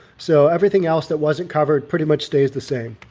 so everything else that wasn't covered pretty much stays the same.